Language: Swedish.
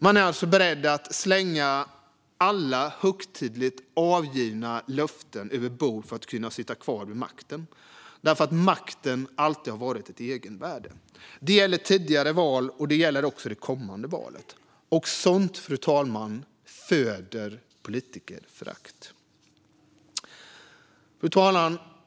De är alltså beredda att slänga alla högtidligt avgivna löften över bord för att kunna sitta kvar vid makten. Makten har nämligen alltid haft ett egenvärde. Det gäller tidigare val, och det gäller det kommande valet. Sådant föder politikerförakt, fru talman.